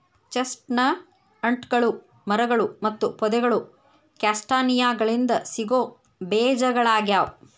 ಚೆಸ್ಟ್ನಟ್ಗಳು ಮರಗಳು ಮತ್ತು ಪೊದೆಗಳು ಕ್ಯಾಸ್ಟಾನಿಯಾಗಳಿಂದ ಸಿಗೋ ಬೇಜಗಳಗ್ಯಾವ